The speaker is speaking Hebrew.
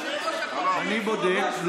אני בודק.